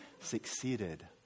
succeeded